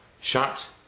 shocked